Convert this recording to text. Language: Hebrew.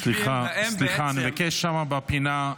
--- סליחה, אני מבקש שם בפינה,